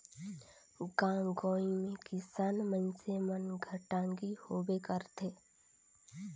गाँव गंवई मे किसान मइनसे मन घर टागी होबे करथे